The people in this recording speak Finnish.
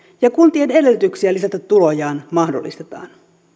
ja kuntien edellytyksiä lisätä tulojaan mahdollistetaan